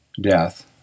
death